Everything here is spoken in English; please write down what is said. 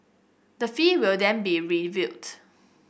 the fee will then be reviewed